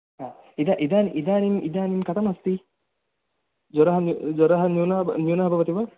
हा इद इदानी इदानीं इदानीं कथम् अस्ति ज्वरः न्यू ज्वरः न्यूनः न्यूनः भवति वा